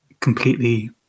completely